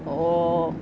oh